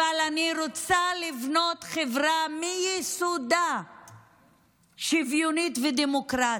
אבל אני רוצה לבנות חברה שהיא מיסודה שוויונית ודמוקרטית.